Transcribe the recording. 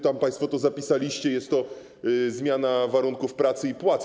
Tam państwo to zapisaliście, że jest to zmiana warunków pracy i płacy.